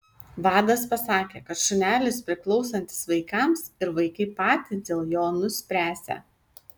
vadas pasakė kad šunelis priklausantis vaikams ir vaikai patys dėl jo nuspręsią